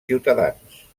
ciutadans